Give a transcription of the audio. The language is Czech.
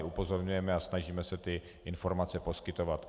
Upozorňujeme a snažíme se informace poskytovat.